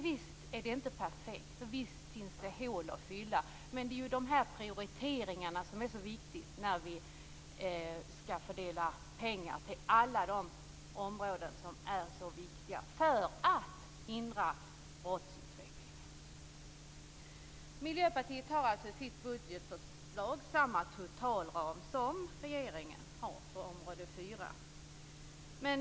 Visst - det är inte perfekt, och visst finns det hål att fylla. Men de här prioriteringarna är viktiga när vi skall fördela pengar till alla de områden som är viktiga för att hindra brottsutvecklingen. Miljöpartiet har alltså i sitt budgetförslag för utgiftsområde 4 samma totalram som regeringen.